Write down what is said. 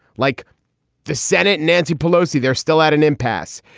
like the senate, nancy pelosi, they're still at an impasse.